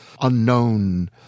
unknown